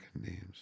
names